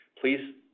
Please